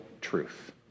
truth